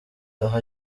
aho